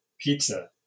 pizza